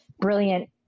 brilliant